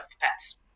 pets